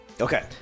Okay